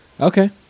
Okay